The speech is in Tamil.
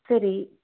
சரி